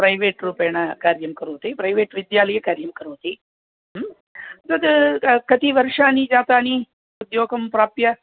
प्रैवेट्रूपेण कार्यं करोति प्रैवेट् विद्यालये कार्यं करोति तद् क कति वर्षाणि जातानि उद्योगं प्राप्य